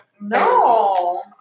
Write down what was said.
No